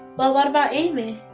well, what about amy?